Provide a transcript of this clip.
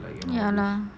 ya lah